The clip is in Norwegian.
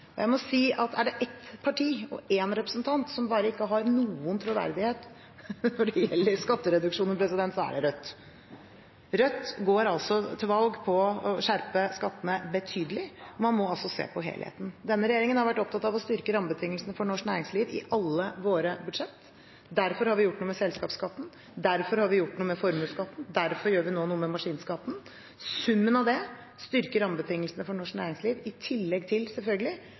helhet. Jeg må si at er det ett parti og én representant som ikke har noen troverdighet når det gjelder skattereduksjoner, er det Rødt. Rødt går til valg på å skjerpe skattene betydelig. Man må se på helheten, og denne regjeringen har vært opptatt av å styrke rammebetingelsene for norsk næringsliv i alle sine budsjetter. Derfor har vi gjort noe med selskapsskatten, derfor har vi gjort noe med formuesskatten, derfor gjør vi nå noe med maskinskatten. Summen av det styrker rammebetingelsene for norsk næringsliv, og det i tillegg til – selvfølgelig